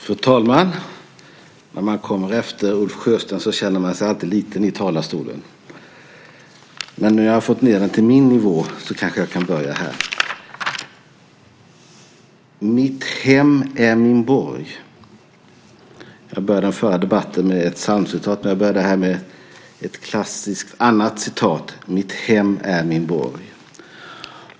Fru talman! Mitt hem är min borg. Jag började mitt anförande i den förra debatten med ett psalmcitat. Jag börjar det här med ett annat klassiskt citat: Mitt hem är min borg.